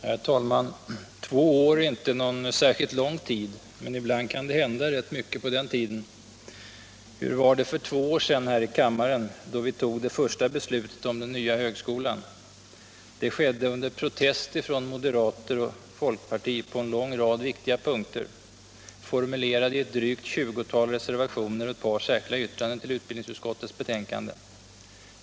Herr talman! Två år är inte någon särskilt lång tid, men ibland kan det hända rätt mycket på den tiden. Hur var det för två år sedan här i kammaren, då vi tog det första beslutet om den nya högskolan? Det skedde under protest från moderater och folkparti på en lång rad viktiga punkter, formulerade i ett drygt tjugotal reservationer och ett par särskilda yttranden till utbildningsutskottets betänkande.